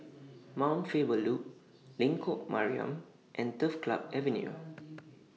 Mount Faber Loop Lengkok Mariam and Turf Club Avenue